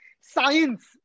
science